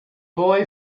boy